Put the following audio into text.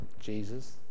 jesus